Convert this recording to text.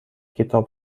کتاب